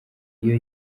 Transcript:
iyo